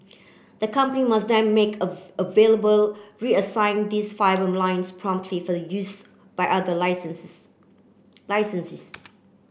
the company must then make available reassign these fibre lines promptly for the use by other licensees